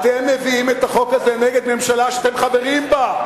אתם מביאים את החוק הזה נגד ממשלה שאתם חברים בה.